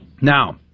Now